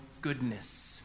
goodness